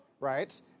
right